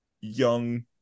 young